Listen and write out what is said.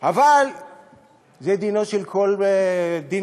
אבל דינו של כל אדם